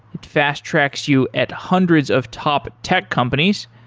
it fast tracks you at hundreds of top tech companies.